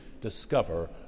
discover